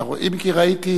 מאה אחוז.